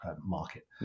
market